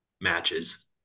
matches